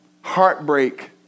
heartbreak